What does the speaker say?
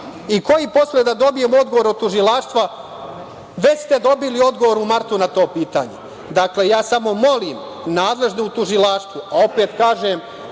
Koji posle da dobijem odgovor od tužilaštva? Već ste dobili odgovor u martu na to pitanje. Dakle, ja samo molim nadležne u tužilaštvu, a opet kažem